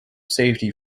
safety